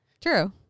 True